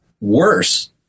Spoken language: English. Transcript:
Worse